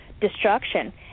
destruction